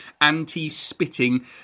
anti-spitting